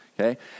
okay